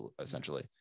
essentially